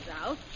out